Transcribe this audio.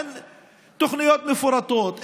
אין תוכניות מפורטות,